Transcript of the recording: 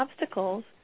obstacles